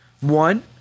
One